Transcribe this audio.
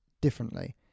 differently